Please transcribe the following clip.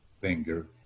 finger